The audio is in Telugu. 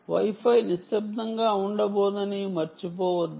Wi Fi నిశ్శబ్దంగా ఉండబోదని మర్చిపోవద్దు